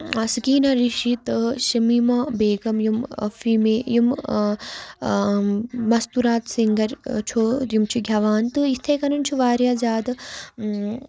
سکیٖنا رِشی تہٕ شَمیٖمہ بیگَم یِم فیمے یِم مَستوٗرات سِنٛگَر چھُو یِم چھِ گٮ۪وان تہٕ یِتھَے کٔنۍ چھِ واریاہ زیادٕ